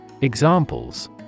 Examples